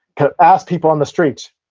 kind of asked people on the street,